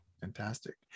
Fantastic